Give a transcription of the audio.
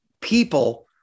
people